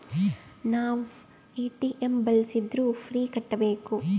ನಾವ್ ಎ.ಟಿ.ಎಂ ಬಳ್ಸಿದ್ರು ಫೀ ಕಟ್ಬೇಕು